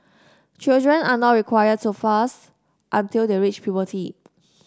children are not required to fast until they reach puberty